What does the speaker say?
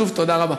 שוב, תודה רבה.